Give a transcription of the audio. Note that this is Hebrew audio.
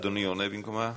אדוני עונה במקומה?